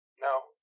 no